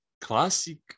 classic